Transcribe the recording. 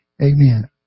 Amen